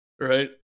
right